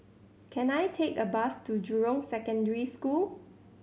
can I take a bus to Jurong Secondary School